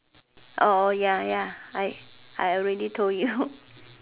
ya ya I I already told you